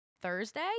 Thursday